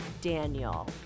Daniel